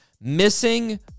missing